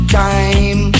time